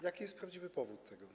Jakie jest prawdziwy powód tego?